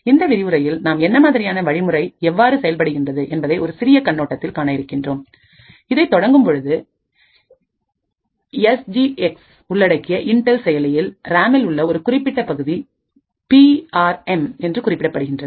இந்த விரிவுரையில் நாம்என்ன மாதிரியான வழிமுறை எவ்வாறு செயல்படுகின்றது என்பதை ஒரு சிறிய கண்ணோட்டத்தில் காண இருக்கின்றோம் இதை தொடங்கும் பொழுது எஸ் இ எக்ஸ் உள்ளடக்கியஇன்டெல் செயலியில் ராமில் உள்ள ஒரு குறிப்பிட்ட பகுதி பி ஆர் எம் என்று குறிப்பிடப்படுகின்றது